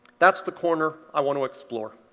that's the corner i want to explore.